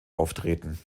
auftreten